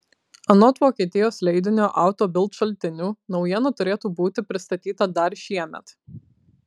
anot vokietijos leidinio auto bild šaltinių naujiena turėtų būti pristatyta dar šiemet